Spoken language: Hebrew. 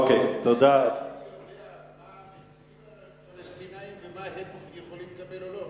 מאיפה טיבי יודע מה הציעו לפלסטינים ומה הם יכולים לקבל או לא?